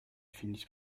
finissent